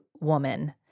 woman